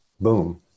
boom